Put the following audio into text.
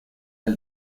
del